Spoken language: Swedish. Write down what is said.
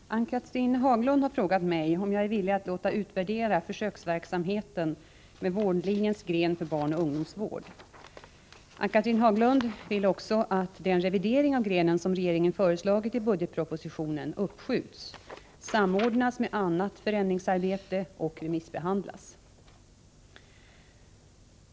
Herr talman! Ann-Cathrine Haglund har frågat om jag är villig att låta utvärdera försöksverksamheten med vårdlinjens gren för barnaoch ungdomsvård . Ann-Cathrine Haglund vill också att den revidering av grenen som regeringen föreslagit i budgetpropositionen uppskjuts, samordnas med annat förändringsarbete och remissbehandlas.